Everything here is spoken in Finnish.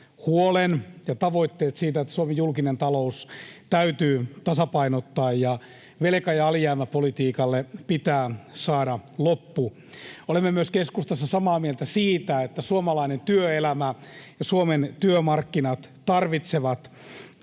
huolen ja tavoitteet siitä, että Suomen julkinen talous täytyy tasapainottaa ja velka- ja alijäämäpolitiikalle pitää saada loppu. Olemme keskustassa samaa mieltä siitä, että suomalainen työelämä ja Suomen työmarkkinat tarvitsevat